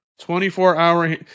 24-hour